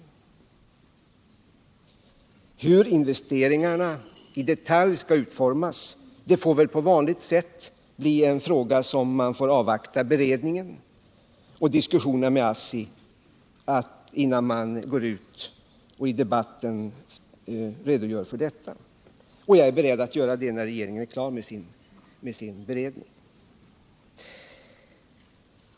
Vad beträffar frågan om hur investeringarna i detalj skall utformas får man på vanligt sätt avvakta beredningen och diskussionerna med ASSI innan man går ut och redogör för detta. Jag är inställd på att lämna en sådan redogörelse när regeringen är klar med sin beredning.